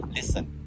Listen